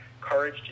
courage